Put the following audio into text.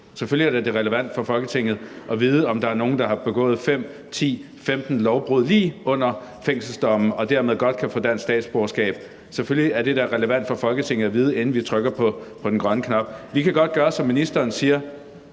selvfølgelig er det da relevant for Folketinget at vide, om der er nogen, der har begået 5, 10, 15 lovbrud på et niveau lige under fængselsdomme og dermed godt kan få dansk statsborgerskab. Selvfølgelig er det da relevant for Folketinget at vide, inden vi trykker på den grønne knap. Vi kan godt gøre, som ministeren siger,